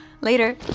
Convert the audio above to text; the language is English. Later